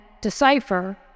decipher